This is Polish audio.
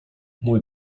mój